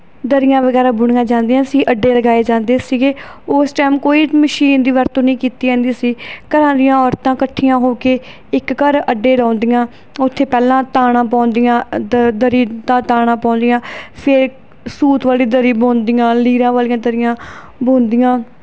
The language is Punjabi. ਦਰੀਆਂ ਵਗੈਰਾ ਬੁਣੀਆਂ ਜਾਂਦੀਆਂ ਸੀ ਅੱਡੇ ਲਗਾਏ ਜਾਂਦੇ ਸੀਗੇ ਉਸ ਟੈਮ ਕੋਈ ਮਸ਼ੀਨ ਦੀ ਵਰਤੋਂ ਨਹੀਂ ਕੀਤੀ ਜਾਂਦੀ ਸੀ ਘਰਾਂ ਦੀਆਂ ਔਰਤਾਂ ਇਕੱਠੀਆਂ ਹੋ ਕੇ ਇੱਕ ਘਰ ਅੱਡੇ ਲਾਉਂਦੀਆਂ ਉੱਥੇ ਪਹਿਲਾਂ ਤਾਣਾ ਪਾਉਂਦੀਆਂ ਦਰ ਦਰੀ ਦਾ ਤਾਣਾ ਪਾਉਂਦੀਆਂ ਫਿਰ ਸੂਤ ਵਾਲੀ ਦਰੀ ਬੁਣਦੀਆਂ ਲੀਰਾਂ ਵਾਲੀਆਂ ਦਰੀਆਂ ਬੁਣਦੀਆਂ